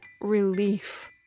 relief